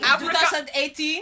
2018